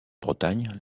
bretagne